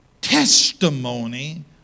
testimony